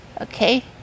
Okay